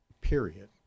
period